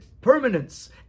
permanence